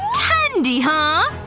candy, huh?